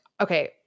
okay